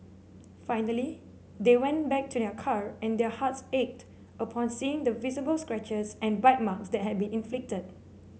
finally they went back to their car and their hearts ached upon seeing the visible scratches and bite marks that had been inflicted